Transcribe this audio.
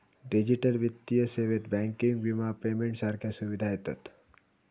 digital वित्तीय सेवेत banking, विमा, पेमेंट सारख्या सुविधा येतत